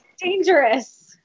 dangerous